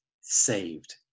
saved